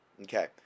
Okay